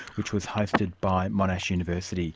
which was hosted by monash university.